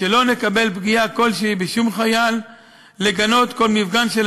שלא נקבל פגיעה כלשהי בשום חייל ולגנות כל מפגן של